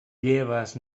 lleves